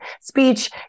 speech